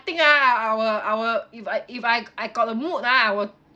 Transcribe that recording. think ah I I will I will if I if I I got the mood ah I will